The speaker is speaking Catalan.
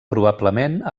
probablement